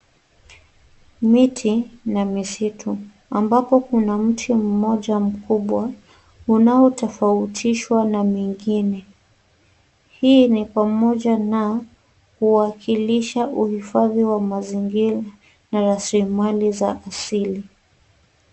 Miti na misitu ambapo kuna mti mmoja mkubwa unaotofautishwa na mingine. Hii ni kwa moja na uwakilisha uhifadhi wa mazingira na raslimali za asili.